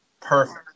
Perfect